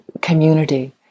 community